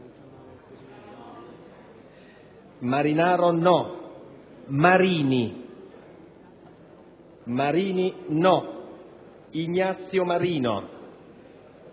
Marinaro, Marini, Marino Ignazio, Marino